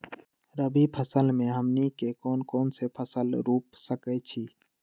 रबी फसल में हमनी के कौन कौन से फसल रूप सकैछि?